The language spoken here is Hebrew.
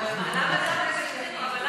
לוועדת הכנסת.